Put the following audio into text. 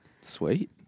Sweet